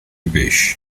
pesci